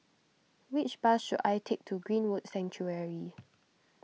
which bus should I take to Greenwood Sanctuary